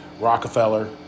Rockefeller